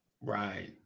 Right